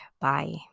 Bye